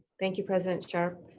thank you president sharp,